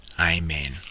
Amen